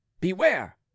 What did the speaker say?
beware